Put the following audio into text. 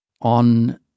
on